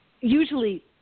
usually